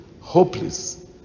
hopeless